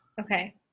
Okay